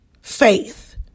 Faith